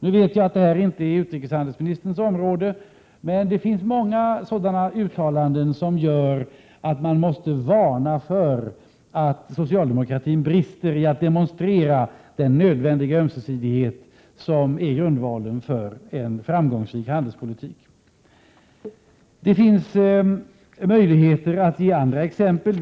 Jag vet att detta inte är utrikeshandelsministerns område, men det finns många sådana uttalanden som gör att man måste varna för att socialdemokratin brister i att demonstrera den nödvändiga ömsesidighet som är grundvalen för en framgångsrik handelspolitik. Det finns möjligheter att ge andra exempel.